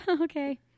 Okay